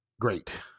Great